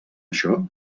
això